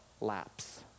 lapse